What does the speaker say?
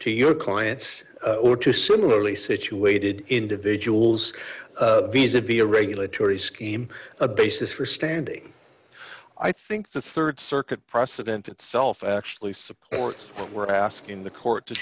to your clients or to similarly situated individuals visa be a regulatory scheme a basis for standing i think the rd circuit precedent itself actually supports what we're asking the court to